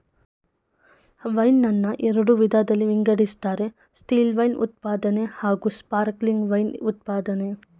wine ನನ್ನ ಎರಡು ವಿಧದಲ್ಲಿ ವಿಂಗಡಿಸ್ತಾರೆ ಸ್ಟಿಲ್ವೈನ್ ಉತ್ಪಾದನೆ ಹಾಗೂಸ್ಪಾರ್ಕ್ಲಿಂಗ್ ವೈನ್ ಉತ್ಪಾದ್ನೆ